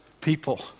people